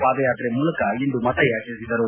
ಪಾದಯಾತ್ರೆ ಮೂಲಕ ಇಂದು ಮತಯಾಚಿಸಿದರು